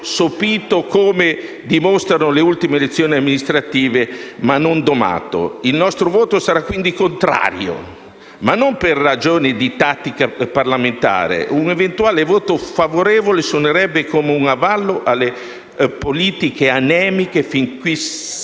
sopito - come dimostrano le ultime elezioni amministrative - ma non domato. Il nostro voto sarà quindi contrario, ma non per ragioni di tattica parlamentare. Un eventuale voto favorevole suonerebbe come un avallo alle politiche anemiche fin qui seguite